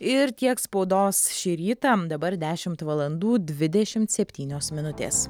ir tiek spaudos šį rytą dabar dešimt valandų dvidešimt septynios minutės